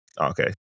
okay